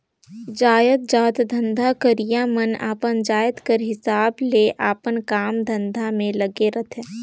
जाएतजात धंधा करइया मन अपन जाएत कर हिसाब ले अपन काम धंधा में लगे रहथें